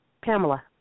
Pamela